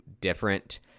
different